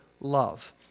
love